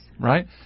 right